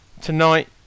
Tonight